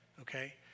okay